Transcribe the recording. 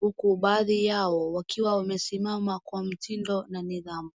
huku baadhi yao wakiwa wamesimama kwa mtindo na nidhamu.